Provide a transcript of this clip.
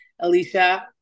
Alicia